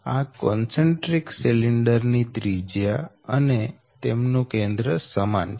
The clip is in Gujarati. આ કોન્સન્ટ્રિક સિલિન્ડર ની ત્રિજ્યા અને તેમનું કેન્દ્ર સમાન છે